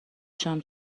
شام